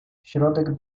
środek